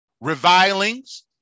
revilings